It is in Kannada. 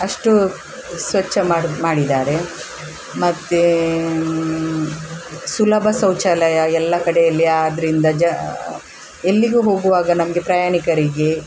ಅಷ್ಟು ಸ್ವಚ್ಛ ಮಾಡೋದ್ ಮಾಡಿದ್ದಾರೆ ಮತ್ತು ಸುಲಭ ಶೌಚಾಲಯ ಎಲ್ಲ ಕಡೆಯಲ್ಲಿ ಆದ್ದರಿಂದ ಜ ಎಲ್ಲಿಗೂ ಹೋಗುವಾಗ ನಮಗೆ ಪ್ರಯಾಣಿಕರಿಗೆ